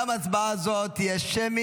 לבקשת האופוזיציה, גם הצבעה זו תהיה שמית.